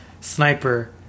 sniper